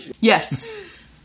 Yes